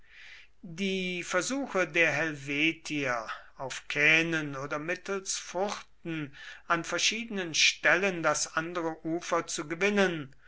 die versuche der helvetier auf kähnen oder mittels furten an verschiedenen stellen das andere ufer zu gewinnen